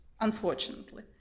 unfortunately